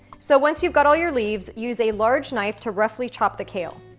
so, once you've got all your leaves, use a large knife to roughly chop the kale.